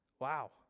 Wow